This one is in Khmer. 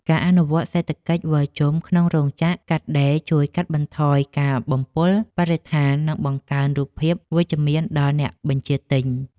ការអនុវត្តសេដ្ឋកិច្ចវិលជុំក្នុងរោងចក្រកាត់ដេរជួយកាត់បន្ថយការបំពុលបរិស្ថាន និងបង្កើនរូបភាពវិជ្ជមានដល់អ្នកបញ្ជាទិញ។